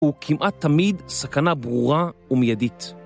וכמעט תמיד סכנה ברורה ומיידית.